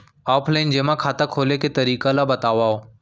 Offline जेमा खाता खोले के तरीका ल बतावव?